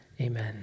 amen